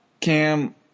cam